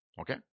Okay